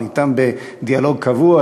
אני אתם בדיאלוג קבוע,